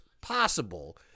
possible